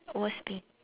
worse pain